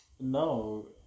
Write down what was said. No